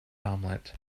omelette